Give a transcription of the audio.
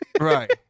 right